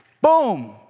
boom